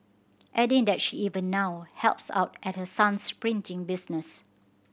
adding that she even now helps out at her son's printing business